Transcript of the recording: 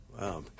Wow